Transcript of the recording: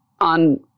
on